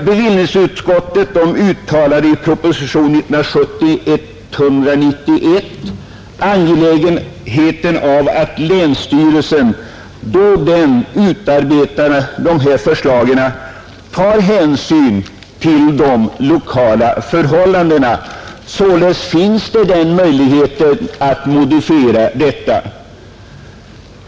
Bevillningsutskottet framhöll vid behandlingen av propositionen 1970:191 angelägenheten av att länsstyrelsen, då den utarbetade dessa förslag, tar hänsyn till de lokala förhållandena, Således finns det möjlighet till modifikationer.